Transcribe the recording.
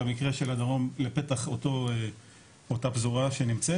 במקרה של הדרום לפתח אותה פזורה שנמצאת